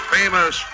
famous